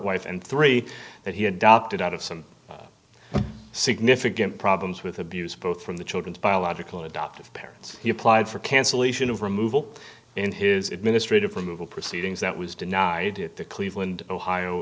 wife and three that he adopted out of some significant problems with abuse both from the children's biological adoptive parents he applied for cancellation of removal in his administrative for moving proceedings that was denied to cleveland ohio